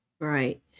Right